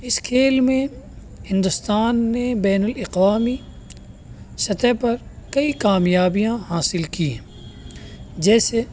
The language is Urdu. اس کھیل میں ہندوستان میں بین الاقوامی سطح پر کئی کامیابیاں حاصل کی ہیں جیسے